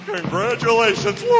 Congratulations